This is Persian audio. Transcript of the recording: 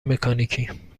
مکانیکی